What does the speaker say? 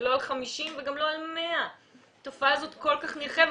לא על 50 וגם לא על 100. התופעה הזאת כל כך נרחבת,